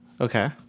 Okay